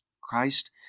Christ